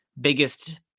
biggest